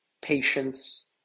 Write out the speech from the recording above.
patience